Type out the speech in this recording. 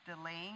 delaying